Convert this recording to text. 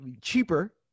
cheaper